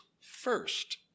first